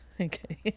Okay